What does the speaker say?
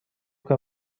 کنی